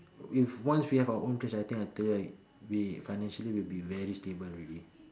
if once we have our own place right I think I tell you right we financially will be very stable already